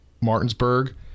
Martinsburg